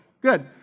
good